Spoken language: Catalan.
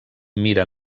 mira